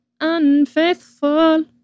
unfaithful